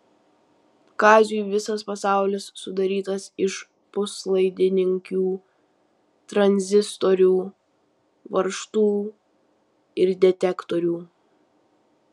kaziui visas pasaulis sudarytas iš puslaidininkių tranzistorių varžtų ir detektorių